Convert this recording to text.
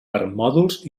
permòdols